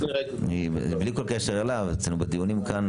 יובל, בלי כל קשר אליו, אצלנו בדיונים כאן